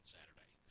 Saturday